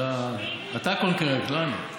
אתה קונקורנט, לא אני.